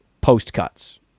post-cuts